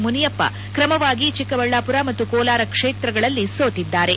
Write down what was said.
ಮುನಿಯಪ್ಪ ಕ್ರಮವಾಗಿ ಚಿಕ್ಕಬಳ್ಳಾಪುರ ಮತ್ತು ಕೋಲಾರ ಕ್ಷೇತ್ರಗಳಲ್ಲಿ ಸೋತಿದ್ದಾರೆ